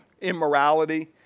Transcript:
immorality